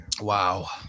Wow